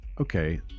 okay